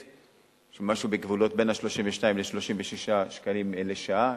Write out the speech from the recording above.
של משהו בגבולות בין ה-32 ל-36 שקלים לשעה,